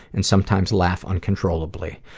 and sometimes laugh uncontrollably.